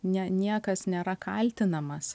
ne niekas nėra kaltinamas